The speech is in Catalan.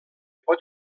pot